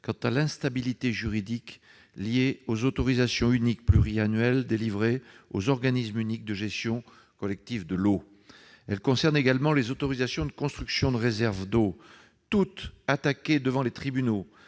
à l'instabilité juridique liée aux autorisations uniques pluriannuelles délivrées aux organismes uniques de gestion collective de l'eau. Elle concerne également les autorisations de construction de réserves d'eau, toutes attaquées devant les tribunaux,